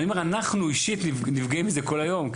אני אומר, אנחנו אישית נפגעים מזה כל היום.